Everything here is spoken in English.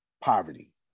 poverty